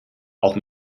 auch